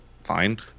fine